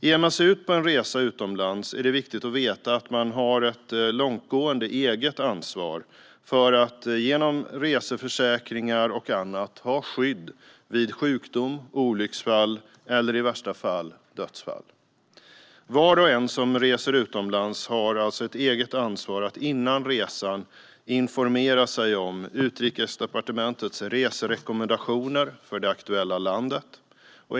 Ger man sig ut på resa utomlands är det viktigt att veta att man har ett långtgående eget ansvar för att genom reseförsäkringar och annat ha skydd vid sjukdom, olycksfall eller i värsta fall dödsfall. Var och en som reser utomlands har ett eget ansvar att innan resan informera sig om Utrikesdepartementets reserekommendationer för det aktuella landet.